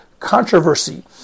controversy